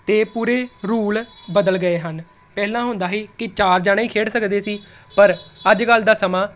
ਅਤੇ ਪੂਰੇ ਰੂਲ ਬਦਲ ਗਏ ਹਨ ਪਹਿਲਾਂ ਹੁੰਦਾ ਸੀ ਕਿ ਚਾਰ ਜਣੇ ਖੇਡ ਸਕਦੇ ਸੀ ਪਰ ਅੱਜ ਕੱਲ੍ਹ ਦਾ ਸਮਾਂ